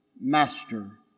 Master